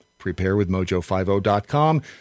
PrepareWithMojo50.com